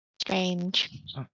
Strange